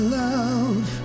love